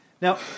Now